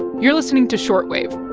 you're listening to short wave